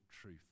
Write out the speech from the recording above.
truth